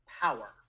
power